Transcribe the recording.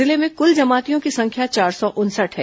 जिले में कृल जमातियों की संख्या चार सौ उनसठ है